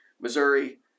Missouri